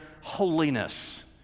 holiness